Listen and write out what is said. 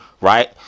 Right